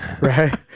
right